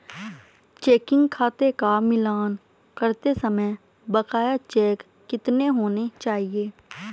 Checking खाते का मिलान करते समय बकाया चेक कितने होने चाहिए?